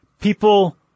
people